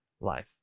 life